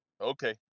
Okay